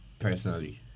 personally